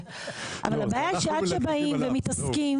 התבקש מי?